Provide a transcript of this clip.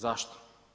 Zašto?